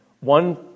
One